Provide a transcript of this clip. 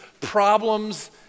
problems